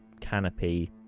canopy